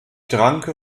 danke